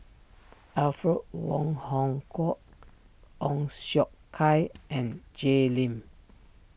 Alfred Wong Hong Kwok Ong Siong Kai and Jay Lim